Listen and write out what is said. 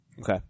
Okay